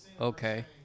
Okay